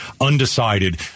undecided